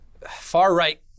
far-right